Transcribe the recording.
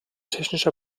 technischer